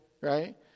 right